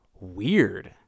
weird